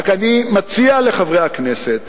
רק אני מציע לחברי הכנסת